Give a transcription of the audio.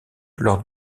lors